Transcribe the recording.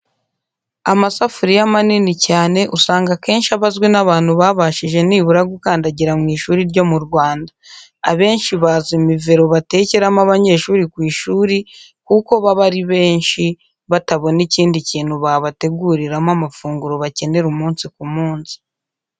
Amasafuriya manini cyane usanga akenshi aba azwi n'abantu babashije nibura gukandagira mu ishuri ryo mu Rwanda. Abenshi bazi mivero batekeramo abanyeshuri ku ishuri kuko baba ari benshi, batabona ikindi kintu babateguriramo amafunguro bakenera umunsi ku munsi.